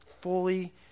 fully